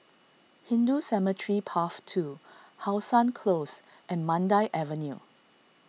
Hindu Cemetery Path two How Sun Close and Mandai Avenue